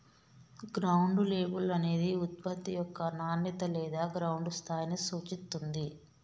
ground label అనేది ఉత్పత్తి యొక్క నాణేత లేదా గ్రౌండ్ స్థాయిని సూచిత్తుంది